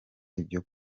ibyo